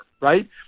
right